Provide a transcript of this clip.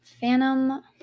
Phantom